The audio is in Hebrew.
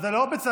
אז לא בצעקות.